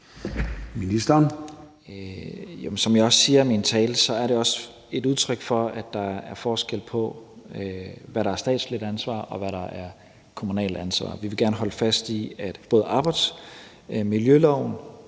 Tesfaye): Som jeg sagde i min tale, er det også et udtryk for, at der er forskel på, hvad der er et statsligt ansvar, og hvad der er et kommunalt ansvar. Vi vil gerne holde fast i, at ansvaret for